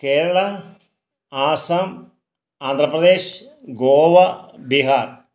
Kerala Assam Andhra Pradesh Goa Bihar